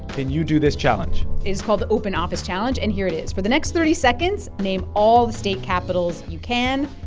can you do this challenge? it is called the open office challenge, and here it is. for the next thirty seconds, name all the state capitals you can.